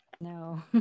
no